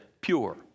pure